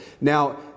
Now